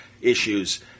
issues